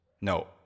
No